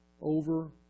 over